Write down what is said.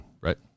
right